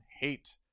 Hate